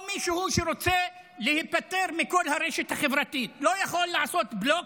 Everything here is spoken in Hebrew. מישהו שרוצה להיפטר מכל הרשת החברתית לא יכול לעשות בלוק?